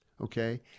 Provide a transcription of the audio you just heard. okay